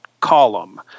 column